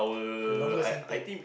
the longer intake